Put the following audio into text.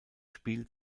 spiel